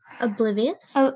oblivious